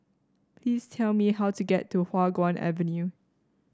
please tell me how to get to Hua Guan Avenue